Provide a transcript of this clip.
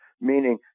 meaning